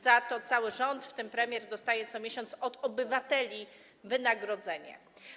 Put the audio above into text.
Za to cały rząd, w tym premier, dostaje co miesiąc od obywateli wynagrodzenie.